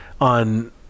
on